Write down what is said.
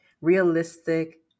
realistic